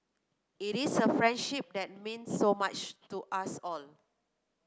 it is a friendship that means so much to us all